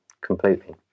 completely